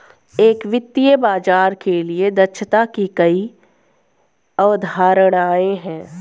एक वित्तीय बाजार के लिए दक्षता की कई अवधारणाएं हैं